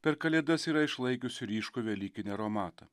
per kalėdas yra išlaikiusi ryškų velykinį aromatą